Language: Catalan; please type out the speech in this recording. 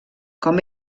com